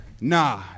Nah